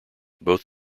both